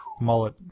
mullet